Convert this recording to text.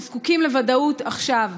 הם זקוקים לוודאות עכשיו.